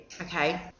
okay